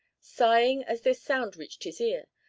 sighing as this sound reached his ear,